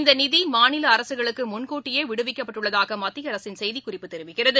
இந்தநிதிமாநிலஅரசுகளுக்குமுன்கூட்டியேவிடுவிக்கப்பட்டுள்ளதாகமத்தியஅரசின் செய்திக் குறிப்பு தெரிவிக்கிறது